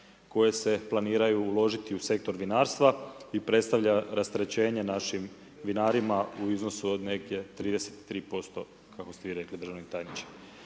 koje se planiraju uložiti u sektor vinarstva i predstavlja rasterećenje našim vinarima u iznosu od negdje 33% kako ste vi rekli, državni tajniče.